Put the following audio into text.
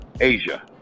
asia